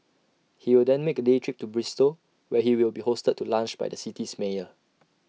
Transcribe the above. he will then make A day trip to Bristol where he will be hosted to lunch by the city's mayor